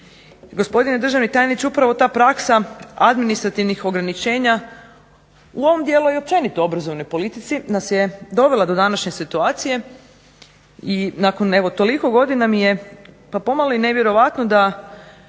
Gospodine državni tajniče, upravo ta praksa administrativnih ograničenja u ovom dijelu i općenito u obrazovnoj politici nas je dovela do današnje situacije i nakon evo toliko godina mi je pa pomalo i nevjerojatno da